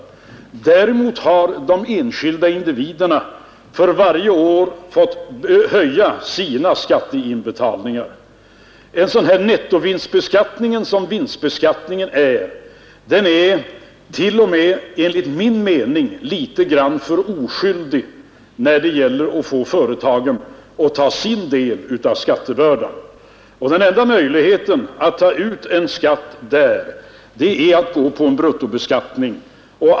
Däremot har de enskilda individerna för varje år fått höja sina skatteinbetalningar. Den nettovinstbeskattning, som vinst beskattningen är, är t.o.m. enligt min mening litet för oskyldig när det gäller att få företagen att ta sin del av skattebördan. Den enda möjligheten att ta ut en skatt där är att gå på en bruttobeskattning, och .